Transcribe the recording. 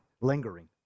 lingering